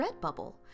Redbubble